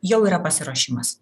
jau yra pasiruošimas